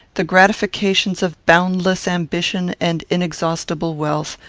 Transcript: the gratifications of boundless ambition and inexhaustible wealth,